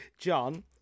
John